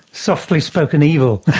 softly spoken evil!